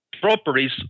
properties